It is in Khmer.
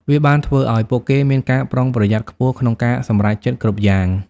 វាបានធ្វើឱ្យពួកគេមានការប្រុងប្រយ័ត្នខ្ពស់ក្នុងការសម្រេចចិត្តគ្រប់យ៉ាង។